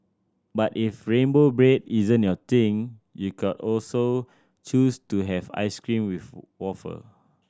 but if rainbow bread isn't your thing you could also choose to have ice cream with wafer